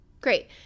Great